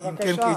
בבקשה,